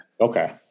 Okay